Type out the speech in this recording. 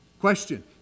Question